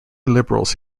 liberals